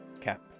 Cap